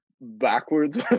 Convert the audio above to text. backwards